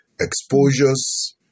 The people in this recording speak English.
exposures